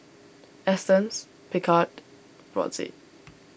Astons Picard Brotzeit